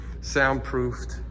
soundproofed